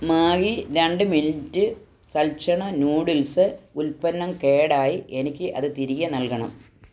Maggi രണ്ട് minute തൽക്ഷണ noodles ഉൽപ്പന്നം കേടായി എനിക്ക് അത് തിരികെ നൽകണം